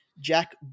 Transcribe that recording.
Jack